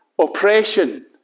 oppression